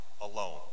alone